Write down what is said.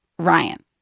Ryan